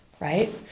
right